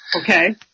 Okay